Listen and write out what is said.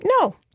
No